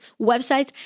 websites